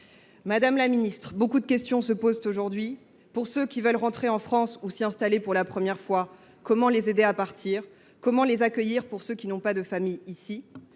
Madame la ministre, beaucoup de questions se posent aujourd’hui, d’abord pour ceux qui veulent rentrer en France ou s’y installer pour la première fois : comment les aider à partir ? Comment les accueillir quand ils n’ont pas de famille ici ?